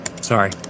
Sorry